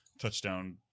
touchdown